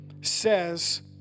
says